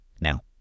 Now